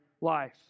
life